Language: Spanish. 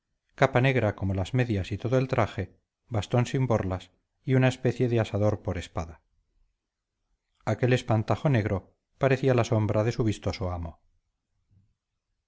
capa negra como las medias y todo el traje bastón sin borlas y una especie de asador por espalda aquel espantajo negro parecía la sombra de su vistoso amo